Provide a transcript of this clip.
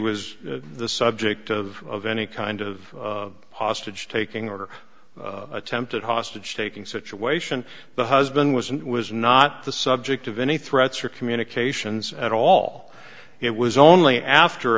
was the subject of any kind of hostage taking or attempted hostage taking situation the husband was and was not the subject of any threats or communications at all it was only after